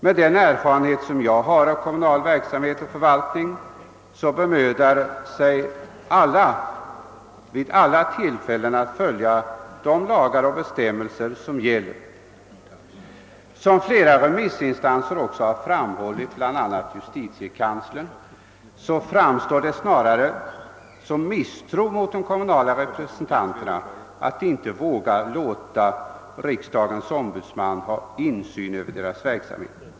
Enligt den erfarenhet jag har av kommunal verksamhet och förvaltning bemödar sig alla vid alla tillfällen att följa de lagar och bestämmelser som gäller. Som flera remissinstanser, bl.a. justitiekanslern också framhållit, framstår det snarare som misstro mot de kommurnala representanterna att inte våga låta riksdagens ombudsman ha insyn över deras verksamhet.